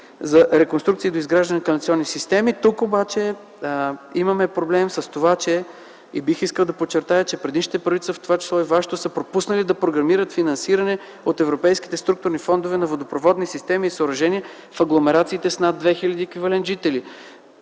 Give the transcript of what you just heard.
за реконструкция и доизграждане на канализационни системи. Тук обаче имаме проблем с това, и бих искал да подчертая, че предишните правителства, в това число и вашето, са пропуснали да програмират финансиране от европейските структурни фондове на водопроводни системи и съоръжения в агломерациите с над 2000